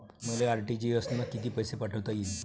मले आर.टी.जी.एस न कितीक पैसे पाठवता येईन?